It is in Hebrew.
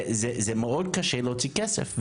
זה מאוד קשה להוציא כסף.